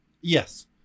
Yes